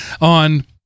on